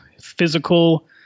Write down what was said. physical